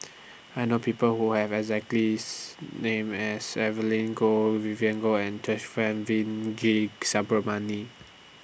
I know People Who Have The exactly name as Evelyn Goh Vivien Goh and G